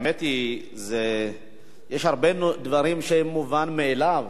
האמת היא שיש הרבה דברים שהם מובן מאליו,